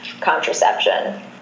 contraception